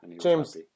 James